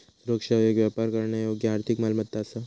सुरक्षा ह्यो येक व्यापार करण्यायोग्य आर्थिक मालमत्ता असा